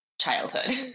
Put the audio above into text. childhood